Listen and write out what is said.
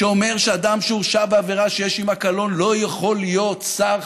שאומר שאדם שהורשע בעבירה שיש עמה קלון לא יכול להיות שר,